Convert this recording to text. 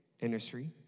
industry